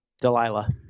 Delilah